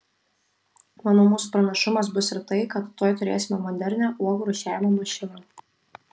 manau mūsų pranašumas bus ir tai kad tuoj turėsime modernią uogų rūšiavimo mašiną